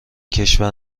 کشور